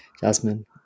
Jasmine